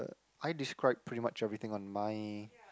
uh I describe pretty much everything much on mine